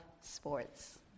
sports